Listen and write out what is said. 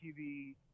tv